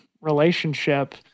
relationship